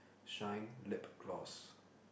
shine lip gloss